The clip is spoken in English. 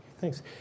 Thanks